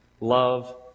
love